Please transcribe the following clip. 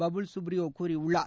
பபூல் சுப்ரியோ கூறியுள்ளார்